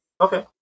okay